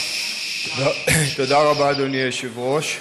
תודה רבה, אדוני היושב-ראש.